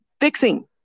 fixing